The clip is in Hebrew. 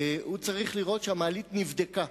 הוא צריך לראות שהמעלית נבדקה,